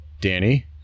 Danny